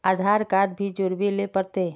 आधार card भी जोरबे ले पड़ते?